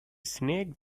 snake